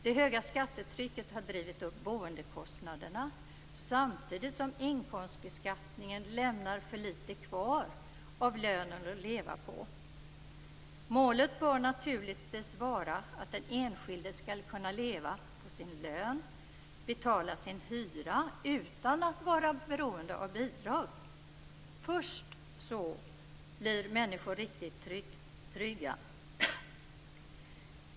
Det höga skattetrycket har drivit upp boendekostnaderna samtidigt som inkomstbeskattningen lämnar för litet kvar av lönen att leva på. Målet bör naturligtvis vara att den enskilde skall kunna leva på sin lön och betala sin hyra utan att vara beroende av bidrag. Först då blir människor riktigt trygga.